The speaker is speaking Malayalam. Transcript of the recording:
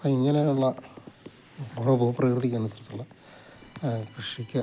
ഇങ്ങനെയുള്ള ഓരോ ഭൂപ്രകൃതിക്കനുസരിച്ചുള്ള കൃഷിക്ക്